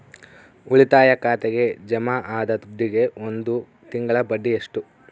ಉಳಿತಾಯ ಖಾತೆಗೆ ಜಮಾ ಆದ ದುಡ್ಡಿಗೆ ಒಂದು ತಿಂಗಳ ಬಡ್ಡಿ ಎಷ್ಟು?